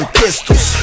pistols